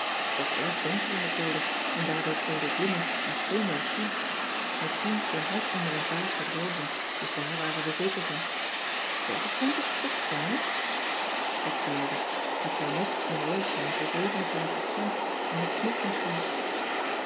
t was erg donker in den kelder en daardoor kon je de bloemen maar schemerig zien maar pien stond net onder een vaas met rozen dus daar waren we zeker van dertig cent het stuk dames ik deelde dat zou net een roos zijn voor zeven en vijftig cent en een knop misschien